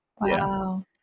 Wow